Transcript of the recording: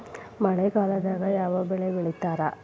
ಮಳೆಗಾಲದಾಗ ಯಾವ ಬೆಳಿ ಬೆಳಿತಾರ?